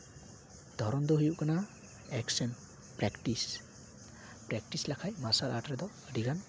ᱫᱷᱚᱨᱚᱢ ᱫᱚ ᱦᱩᱭᱩᱜ ᱠᱟᱱᱟ ᱮᱠᱥᱮᱱ ᱯᱮᱠᱴᱤᱥ ᱯᱨᱮᱠᱴᱤᱥ ᱞᱮᱠᱷᱟᱡ ᱢᱟᱨᱥᱟᱞ ᱟᱨᱴᱥ ᱨᱮᱫᱚ ᱟᱹᱰᱤᱜᱟᱱ